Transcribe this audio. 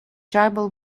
tribal